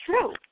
true